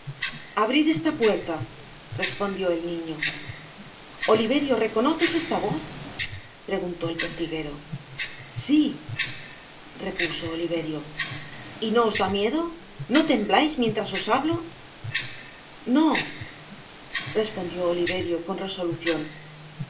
abrid esta puerta respondió el niño oliverio reconoces esta voz preguntó el pertiguero si repuso oliverio y no os da miedo no temblais mientras os bablo no respondió oliverio con resolucion una